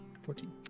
Fourteen